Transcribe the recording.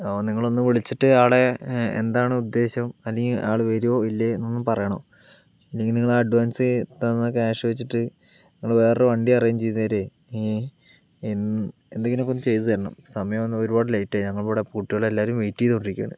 ആ നിങ്ങളൊന്നു വിളിച്ചിട്ട് ആളെ എന്താണ് ഉദ്ദേശം അല്ലെങ്കിൽ ആൾ വരുമോ ഇല്ലയോ എന്നൊന്നു പറയണം ഇല്ലെങ്കിൽ നിങ്ങൾ അഡ്വാൻസ് തന്ന ക്യാഷ് വെച്ചിട്ട് നിങ്ങൾ വേറൊരു വണ്ടി അറേഞ്ച് ചെയ്തു തരൂ എൻ എന്തെങ്കിലുമൊക്കെ ഒന്നു ചെയ്തു തരണം സമയം ഒന്ന് ഒരുപാട് ലേറ്റായി ഞങ്ങളൊക്കിവിടെ കുട്ടികളെല്ലാവരും വെയ്റ്റ് ചെയ്തു കൊണ്ടിരിക്കുകയാണ്